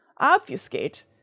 obfuscate